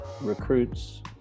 recruits